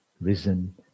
risen